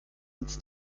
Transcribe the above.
ins